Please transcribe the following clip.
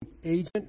agent